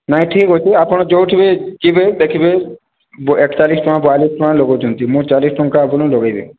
ନାଇଁ ଠିକ ଅଛି ଆପଣ ଯେଉଁଠିକୁ ଯିବେ ଦେଖିବେ ଏକ ଚାଳିଶି ଟଙ୍କା ବୟାଳିଶି ଟଙ୍କା ଲଗଉଛନ୍ତି ମୁଁ ଚାଳିଶ ଟଙ୍କା ଆପଣଙ୍କୁ ଲଗେଇବି